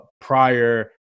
prior